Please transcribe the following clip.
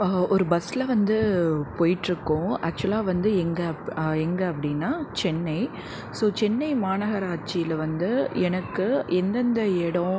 ஒரு பஸ்ல வந்து போய்கிட்ருக்கோம் ஆக்சுவலாக வந்து எங்கே அப் எங்கே அப்படின்னா சென்னை ஸோ சென்னை மாநகராட்சியில வந்து எனக்கு எந்தெந்த எடம்